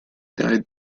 died